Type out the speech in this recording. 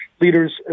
leaders